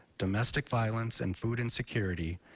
domestic violence and food and security,